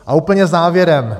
A úplně závěrem.